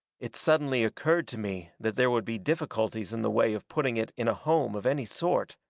it suddenly occurred to me that there would be difficulties in the way of putting it in a home of any sort.